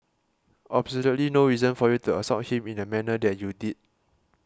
absolutely no reason for you to assault him in the manner that you did